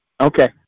Okay